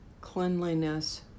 cleanliness